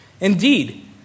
Indeed